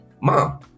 mom